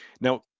Now